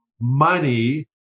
money